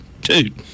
dude